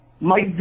Mike